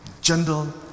gentle